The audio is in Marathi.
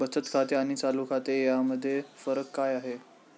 बचत खाते आणि चालू खाते यामध्ये फरक काय असतो?